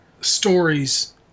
stories